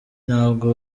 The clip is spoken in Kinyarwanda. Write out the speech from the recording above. ntabwo